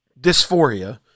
dysphoria